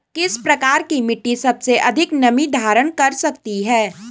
किस प्रकार की मिट्टी सबसे अधिक नमी धारण कर सकती है?